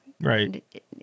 Right